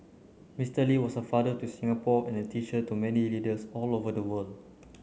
Mister Lee was a father to Singapore and a teacher to many leaders all over the world